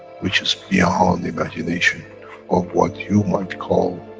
which is beyond imagination of what you might call,